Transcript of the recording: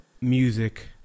music